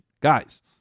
Guys